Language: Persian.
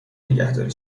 نگهداری